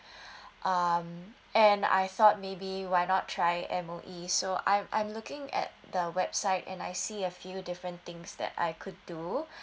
um and I thought maybe why not try M_O_E so I'm I'm looking at the website and I see a few different things that I could do